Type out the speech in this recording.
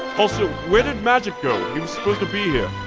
also, where did magic go? he was supposed to be here.